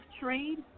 trade